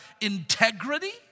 integrity